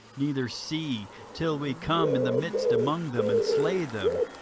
neither see, till we come in the midst among them, and slay them,